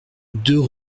deux